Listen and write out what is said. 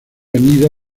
anida